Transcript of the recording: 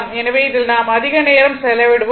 எனவே இதில் நாம் அதிக நேரம் செலவிடுவோம்